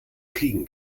fliegen